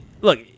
look